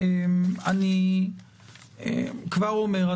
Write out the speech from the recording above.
אני כבר אומר,